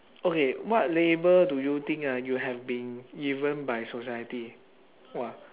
okay what label do you think uh you have been given by society !wah!